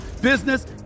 business